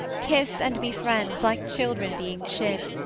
kiss and be friends, like children being chid!